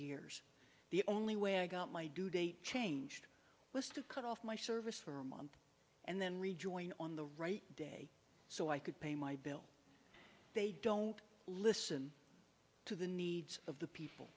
years the only way i got my due date changed was to cut off my service for a month and then rejoin on the right day so i could pay my bill they don't listen to the needs of the